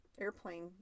airplane